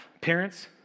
Parents